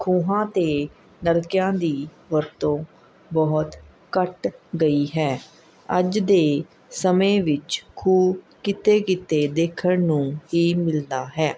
ਖੂਹਾਂ ਅਤੇ ਨਲ਼ਕਿਆਂ ਦੀ ਵਰਤੋਂ ਬਹੁਤ ਘੱਟ ਗਈ ਹੈ ਅੱਜ ਦੇ ਸਮੇਂ ਵਿੱਚ ਖੂਹ ਕਿਤੇ ਕਿਤੇ ਦੇਖਣ ਨੂੰ ਹੀ ਮਿਲਦਾ ਹੈ